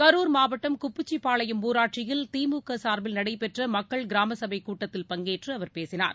கரூர் மாவட்டம் குப்புச்சிப்பாளையம் ஊராட்சியில் திமுக சார்பில் நடைபெற்ற மக்கள் கிராம சபைக் கூட்டத்தில் பங்கேற்று அவர் பேசினார்